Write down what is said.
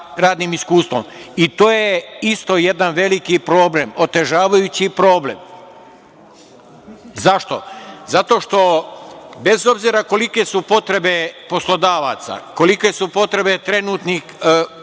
i to je isto jedan veliki problem, otežavajući problem.Zašto? Zato što bez obzira kolike su potrebe poslodavaca, kolike su potrebe trenutno